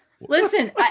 Listen